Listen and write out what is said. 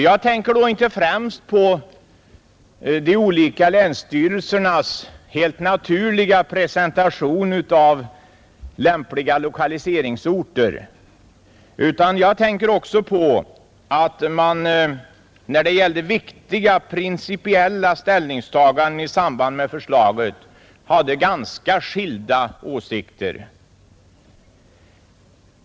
Jag tänker då inte främst på de olika länsstyrelsernas helt naturliga presentation av lämpliga lokaliseringsorter utan på att man när det gällde viktiga principiella ställningstaganden i samband med förslaget hade ganska skilda åsikter.